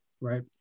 right